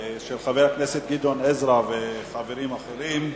של חבר הכנסת גדעון עזרא וחברים אחרים,